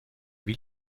wie